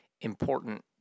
important